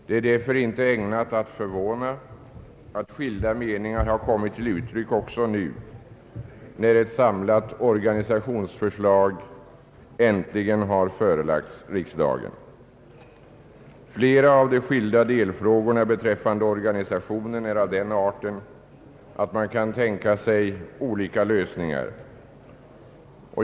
Det är därför inte ägnat att förvåna att skilda meningar har kommit till uttryck också nu, när ett samlat organisationsförslag äntligen har förelagts riksdagen. Flera av de skilda delfrågorna beträffande organisationen är av sådan art att man kan tänka sig olika lösningar.